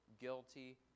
guilty